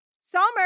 Summer